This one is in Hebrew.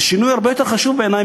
זה שינוי הרבה יותר חשוב בעיני,